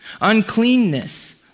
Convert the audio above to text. uncleanness